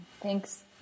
Thanks